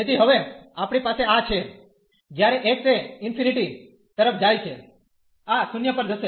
તેથી હવે આપણી પાસે આ છે જ્યારે x એ ઇન્ફીનીટી તરફ જાય છે આ 0 પર જશે